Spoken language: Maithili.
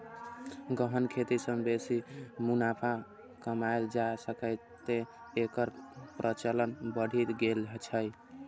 गहन खेती सं बेसी मुनाफा कमाएल जा सकैए, तें एकर प्रचलन बढ़ि गेल छै